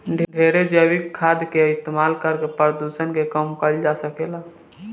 ढेरे जैविक खाद के इस्तमाल करके प्रदुषण के कम कईल जा सकेला